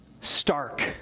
stark